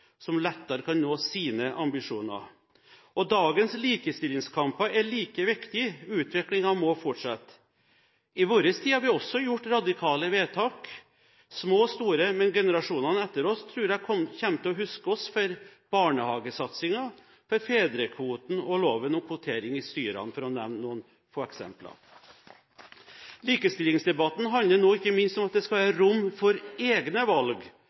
som lettere kan nå sine ambisjoner. Dagens likestillingskamper er like viktige – utviklingen må fortsette. I vår tid har vi også gjort radikale vedtak – små og store. Men generasjonene etter oss tror jeg at kommer til å huske oss for barnehagesatsingen, for fedrekvoten og for loven om kvotering i styrene, for å nevne noen få eksempler. Likestillingsdebatten handler nå ikke minst om at det skal være rom for egne valg,